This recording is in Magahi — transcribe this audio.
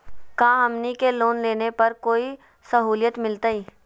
का हमनी के लोन लेने पर कोई साहुलियत मिलतइ?